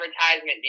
advertisement